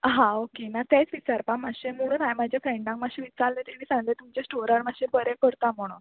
हा ओके ना तेंच विचारपा मात्शें म्हुणून हांवें म्हाज्या फ्रेंडाक मातशें विचारलें तेणी सांगलें तुमच्या स्टोरार मातशें बरें करता म्हणून